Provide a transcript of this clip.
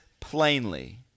plainly